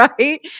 right